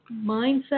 mindset